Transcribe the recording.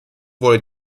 wurde